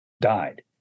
died